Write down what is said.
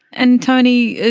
and tony,